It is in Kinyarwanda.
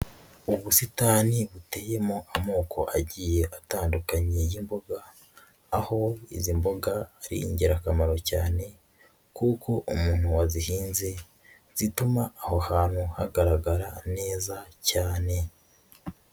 Ubusitani buteyemo amoko agiye atandukanye y'imboga, aho izi mboga ari ingirakamaro cyane; kuko umuntu wazihinze zituma aho hantu hagaragara neza cyane.